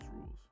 rules